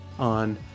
on